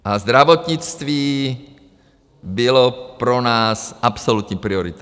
A zdravotnictví bylo pro nás absolutní priorita.